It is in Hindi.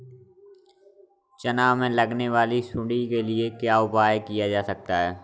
चना में लगने वाली सुंडी के लिए क्या उपाय किया जा सकता है?